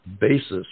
basis